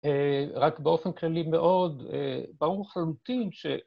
רק באופן כללי מאוד, ברור חלוטין ש...